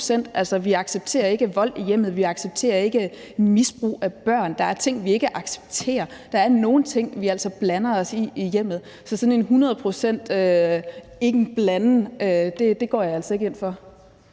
vi accepterer ikke vold i hjemmet, og vi accepterer ikke misbrug af børn. Der er ting, vi ikke accepterer; der er nogle ting, vi altså blander os i i hjemmet. Så at man sådan hundrede procent ikke blander sig, går jeg altså ikke ind for.